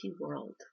world